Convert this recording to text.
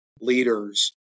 leaders